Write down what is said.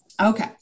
Okay